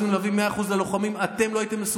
אתם הייתם,